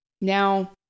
Now